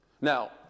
Now